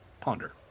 ponder